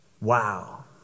Wow